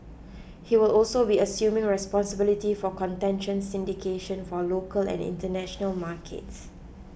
he will also be assuming responsibility for contention syndication for local and international markets